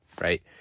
right